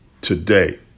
Today